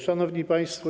Szanowni Państwo!